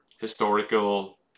historical